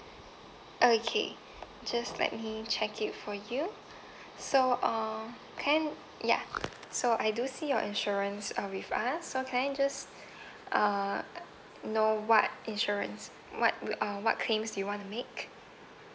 okay just let me check it for you so uh can ya so I do see your insurance uh with us so can I just uh know what insurance what w~ uh what claims do you want to make